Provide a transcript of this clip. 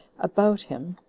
about him,